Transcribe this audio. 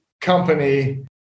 company